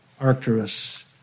Arcturus